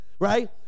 Right